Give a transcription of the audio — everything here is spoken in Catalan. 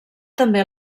també